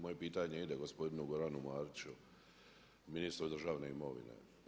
Moje pitanje ide gospodinu Goranu Mariću, ministru državne imovine.